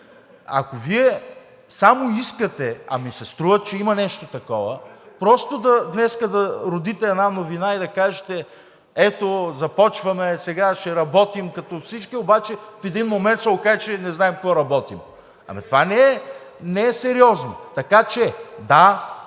Ако Вие само искате, а ми се струва, че има нещо такова, просто днес да родите една новина и да кажете: ето, започваме, сега ще работим като всички, обаче в един момент се окаже, че не знаем какво работим. Ами това не е сериозно. Така че, да,